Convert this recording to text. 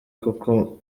kuko